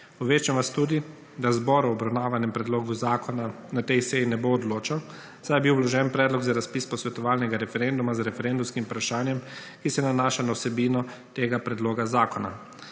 Obveščam vas tudi, da zbor o obravnavanem predlogu zakona na tej seji ne bo odločal saj je bil vložen predlog za razpis posvetovalnega referenduma z referendumskim vprašanjem, ki se nanaša na vsebino tega predloga zakona.